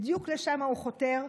בדיוק לשם הוא חותר.